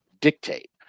dictate